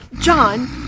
John